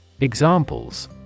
Examples